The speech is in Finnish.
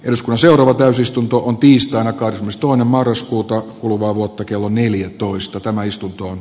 jos mä seuraava täysistuntoon tiistaina cagnes tuonne marraskuuta kuluvaa vuotta kello neljätoista tämä sisällöstä